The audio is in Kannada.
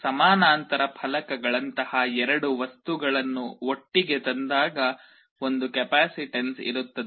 ಸಮಾನಾಂತರ ಫಲಕಗಳಂತಹ ಎರಡು ವಸ್ತುಗಳನ್ನು ಒಟ್ಟಿಗೆ ತಂದಾಗ ಒಂದು ಕೆಪಾಸಿಟನ್ಸ್ ಇರುತ್ತದೆ